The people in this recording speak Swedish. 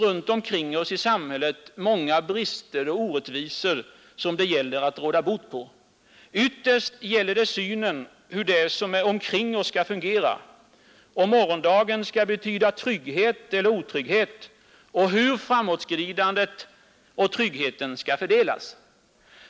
Runt omkring oss i samhället finns många brister och orättvisor som det gäller att råda bot på. Ytterst gäller det synen på hur det som är omkring oss skall fungera, om morgondagen skall betyda trygghet eller otrygghet och hur framåtskridandet och tryggheten skall fördelas.